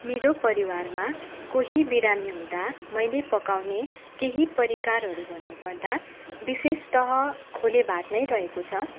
मेरो परिवारमा कोही बिरामी हुँदा मैले पकाउने केही परिकारहरू भन्नु पर्दा विशेषतः खोले भात नै रहेको छ